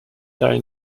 thai